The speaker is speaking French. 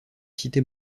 cité